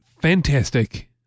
Fantastic